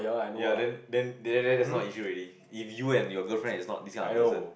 ya then then then then that's not an issue already if you and your girlfriend is not this kind of person